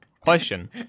Question